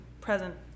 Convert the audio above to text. present